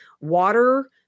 water